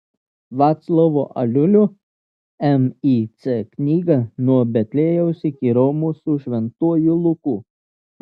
vaclovo aliulio mic knygą nuo betliejaus iki romos su šventuoju luku